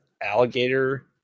alligator